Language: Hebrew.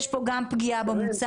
יש פה גם פגיעה במוצר,